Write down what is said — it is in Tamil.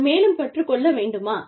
நான் மேலும் கற்றுக் கொள்ள வேண்டுமா